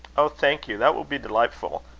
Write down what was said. oh! thank you. that will be delightful.